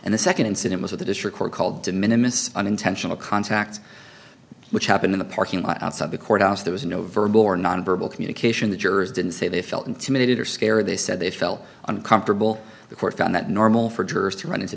and the second incident was at the district court called de minimus an intentional contact which happened in the parking lot outside the courthouse there was no verbal or nonverbal communication the jurors didn't say they felt intimidated or scared they said they felt uncomfortable the court found that normal for jurors to run into